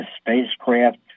spacecraft